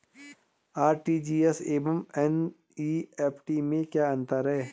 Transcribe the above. RTGS एवं NEFT में क्या अंतर है?